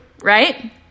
right